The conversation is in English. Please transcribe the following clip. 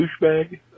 douchebag